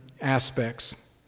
aspects